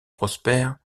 prospère